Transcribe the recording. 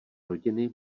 rodiny